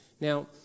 Now